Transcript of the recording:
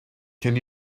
can